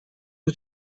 are